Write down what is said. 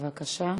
בבקשה.